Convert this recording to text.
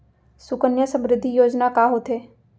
सुकन्या समृद्धि योजना का होथे